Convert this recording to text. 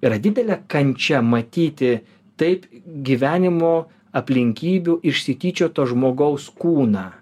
yra didelė kančia matyti taip gyvenimo aplinkybių išsityčioto žmogaus kūną